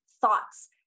thoughts